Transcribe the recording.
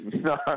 No